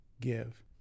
give